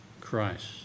Christ